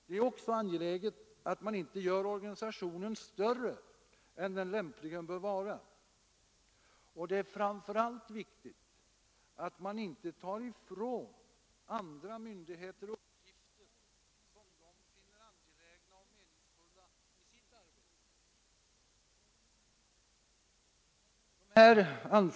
Det är också angeläget att man inte gör organisationen större än den lämpligen bör vara och det är framför allt viktigt att man inte tar ifrån andra myndigheter uppgifter som de finner angelägna och meningsfulla i sitt arbete.